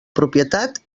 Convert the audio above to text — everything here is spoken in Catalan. propietat